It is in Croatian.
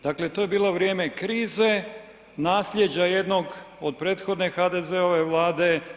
Dakle to je bilo vrijeme krize, naslijeđa jednog od prethodne HDZ-ove Vlade.